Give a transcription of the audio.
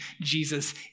Jesus